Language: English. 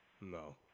no